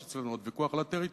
יש אצלנו עוד ויכוח על הטריטוריה,